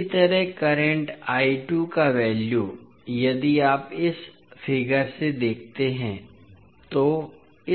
इसी तरह करंट का वैल्यू यदि आप इस आंकड़े से देखते हैं तो